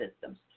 systems